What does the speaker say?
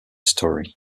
story